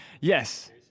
Yes